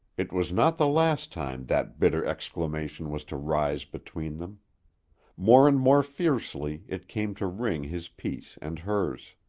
it was not the last time that bitter exclamation was to rise between them more and more fiercely it came to wring his peace and hers.